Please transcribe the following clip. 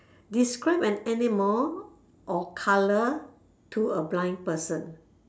describe an animal or colour to a blind person